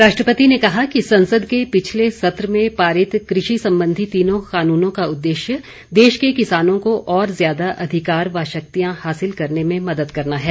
राष्ट्रपति ने कहा कि संसद के पिछले सत्र में पारित कृषि संबंधी तीनों कानूनों का उद्देश्य देश के किसानों को और ज्यादा अधिकार तथा शक्तियां हासिल करने में मदद करना है